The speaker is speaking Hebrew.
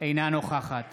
אינה נוכחת